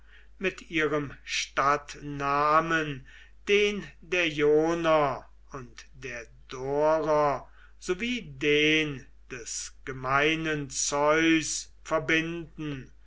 mit ihrem stadtnamen den der ioner und der dorer sowie den des gemeinen zeus verbinden